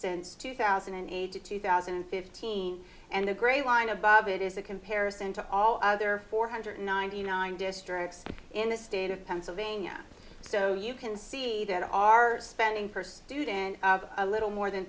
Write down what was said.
since two thousand and eight to two thousand and fifteen and the gray line above it is a comparison to all other four hundred ninety nine districts in the state of pennsylvania so you can see that our spending per student a little more than